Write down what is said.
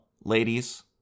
ladies